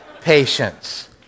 patience